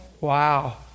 Wow